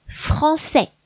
Français